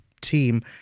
team